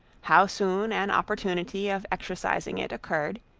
how soon an opportunity of exercising it occurred,